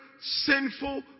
sinful